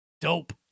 dope